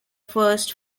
first